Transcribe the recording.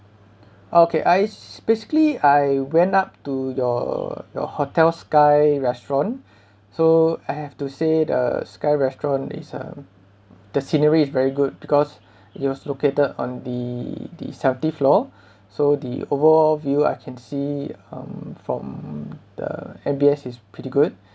okay I basically I went up to your your hotel sky restaurant so I have to say the sky restaurant is um the scenery is very good because it was located on the the seventy floor so the overall view I can see um from the M_B_S is pretty good